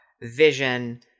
vision